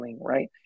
right